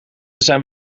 zijn